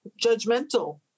judgmental